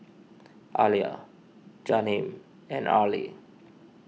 Alia Jaheim and Arlie